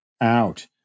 out